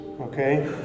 Okay